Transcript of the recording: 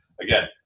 again